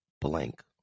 blank